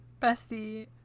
Bestie